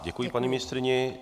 Děkuji paní ministryni.